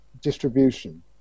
distribution